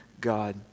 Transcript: God